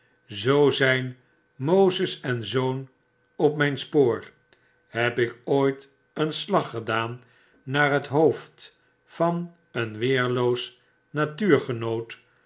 zoo zijn moses zoon op myn spoor heb ik ooit een slag gedaan naar het hoofd vaneenweerloosnatuurgenoot dan word